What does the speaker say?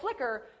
Flickr